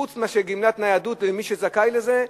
חוץ מגמלת ניידות למי שזכאי לזה,